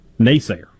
naysayer